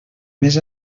més